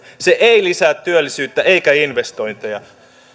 se ei lisää työllisyyttä eikä investointeja